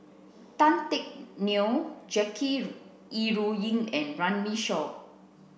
Tan Teck Neo Jackie Yi Ru Ying and Runme Shaw